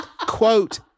quote